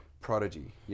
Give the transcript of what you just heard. prodigy